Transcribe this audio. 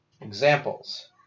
Examples